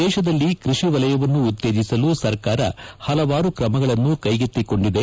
ದೇಶದಲ್ಲಿ ಕ್ವಡಿ ವಲಯವನ್ನು ಉತ್ತೇಜಿಸಲು ಸರ್ಕಾರ ಹಲವಾರು ಕ್ರಮಗಳನ್ನು ಕೈಗೆತ್ತಿಕೊಂಡಿದೆ